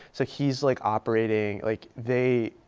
so he's like operating like they,